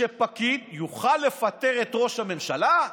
שפקיד יוכל לפטר את ראש הממשלה.